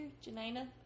Janina